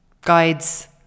guides